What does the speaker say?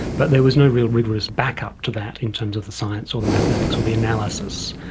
but there was no real rigorous backup to that in terms of the science or the mathematics or the analysis.